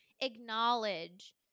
acknowledge